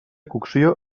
cocció